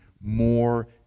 more